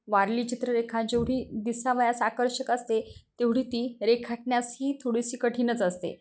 वारली चित्ररेखा जेवढी दिसावयास आकर्षक असते तेवढी ती रेखाटण्यास ही थोडीशी कठीणच असते